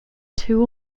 two